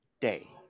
day